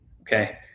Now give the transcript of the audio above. Okay